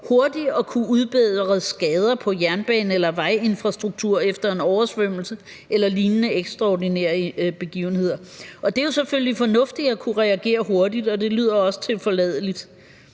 hurtigt at kunne udbedre skader på jernbane- eller vejinfrastruktur efter en oversvømmelse eller lignende ekstraordinære begivenheder. Og det er jo selvfølgelig fornuftigt at kunne reagere hurtigt, og det lyder også tilforladeligt.